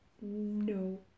No